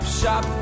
shop